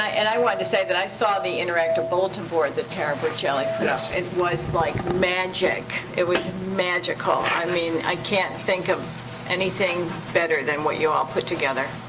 and i wanted to say that i saw the interactive bulletin board that tara berchielli put up. it was like magic. it was magical. i mean i can't think of anything better than what you all put together.